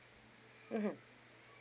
mmhmm